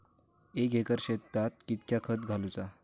एक एकर शेताक कीतक्या खत घालूचा?